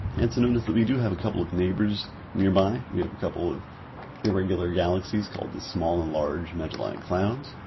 and so notice that we do have a couple of neighbors nearby. we have a couple of irregular galaxies called the small and large magellanic clouds.